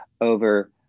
over